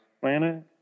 planet